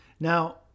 Now